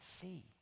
see